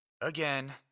again